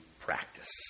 practice